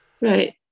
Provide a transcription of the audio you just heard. right